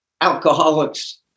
alcoholics